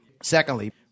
Secondly